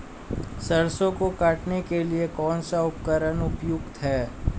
सरसों को काटने के लिये कौन सा उपकरण उपयुक्त है?